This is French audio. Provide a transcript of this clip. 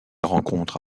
rencontre